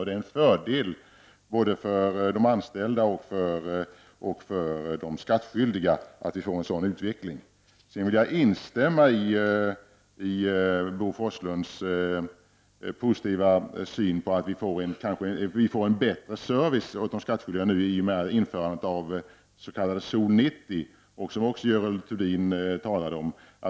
Det är en fördel både för de anställda och för skattskyldiga att vi får en sådan utveckling. Jag vill instämma i Bo Forslunds positiva syn på att de skattskyldiga får en bättre service i och med införandet av s.k. zon 90, som också Görel Thurdin talade om.